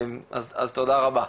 אז תודה רבה.